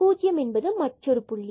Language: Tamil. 0 என்பது மற்றொரு புள்ளி